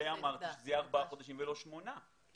לכן אמרתי ארבעה חודשים ולא שמונה חודשים